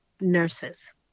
nurses